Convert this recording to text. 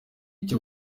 icyo